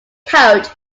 coach